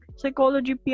Psychology